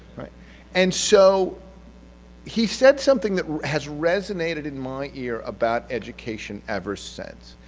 and so he said something that has resonated in my ear about education ever since.